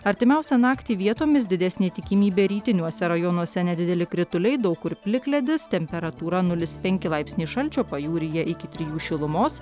artimiausią naktį vietomis didesnė tikimybė rytiniuose rajonuose nedideli krituliai daug kur plikledis temperatūra nulis penki laipsniai šalčio pajūryje iki trijų šilumos